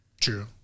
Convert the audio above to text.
true